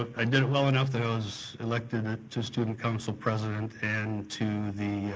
ah i did well enough that i was elected to student council president and to the